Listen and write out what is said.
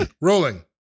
Rolling